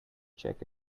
check